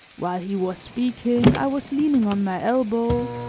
while he was speaking i was leaning on my elbow,